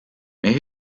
meie